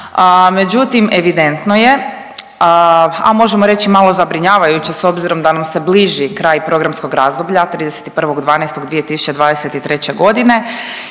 Međutim, evidentno je, a možemo reći i malo zabrinjavajuće s obzirom da nam se bliži kraj programskog razdoblja, 31.12.2023. g. i